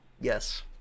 yes